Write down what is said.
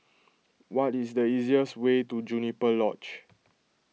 what is the easiest way to Juniper Lodge